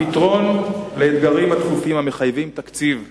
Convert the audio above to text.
הפתרון לאתגרים הדחופים המחייבים תקציב מחד,